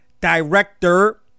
director